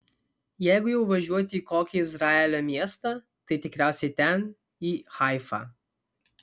jeigu jau važiuoti į kokį izraelio miestą tai tikriausiai ten į haifą